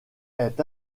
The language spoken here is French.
est